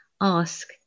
Ask